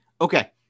Okay